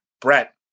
Brett